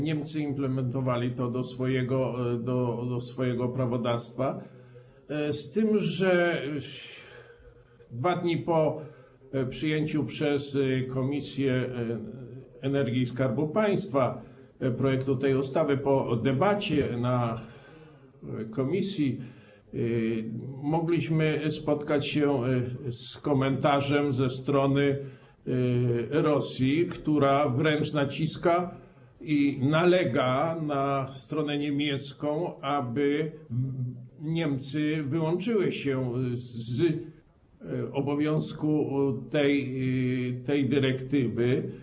Niemcy implementowali to do swojego prawodawstwa, z tym że 2 dni po przyjęciu przez Komisję do Spraw Energii i Skarbu Państwa projektu tej ustawy, po debacie w komisji, mogliśmy spotkać się z komentarzem ze strony Rosji, która wręcz naciska, nalega na stronę niemiecką, aby Niemcy wyłączyły się z obowiązku tej dyrektywy.